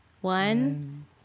One